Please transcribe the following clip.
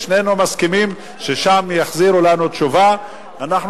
תעבירו את זה לוועדת הפירושים, והם יחליטו.